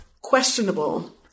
questionable